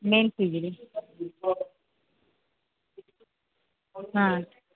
ହଁ